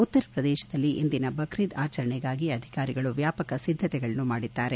ಉತ್ತರ ಪ್ರದೇಶದಲ್ಲಿ ಇಂದಿನ ಬಕ್ರೀದ್ ಆಚರಣೆಗಾಗಿ ಅಧಿಕಾರಿಗಳು ವ್ಯಾಪಕ ಸಿದ್ಧತೆಗಳನ್ನು ಮಾಡಿದ್ದಾರೆ